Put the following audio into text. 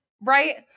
right